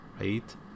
right